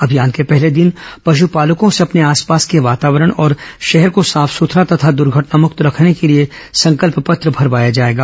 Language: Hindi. अभियान के पहले दिन पशुपालकों से अपने आसपास के वातावरण और शहर को साफ सथरा तथा दर्घटनामक्त रखने के लिए संकल्प पत्र भरवाया जाएगा